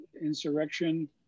insurrection